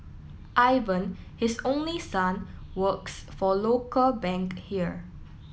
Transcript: Ivan his only son works for a local bank here